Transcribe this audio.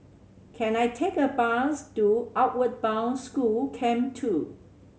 can I take a bus to Outward Bound School Camp Two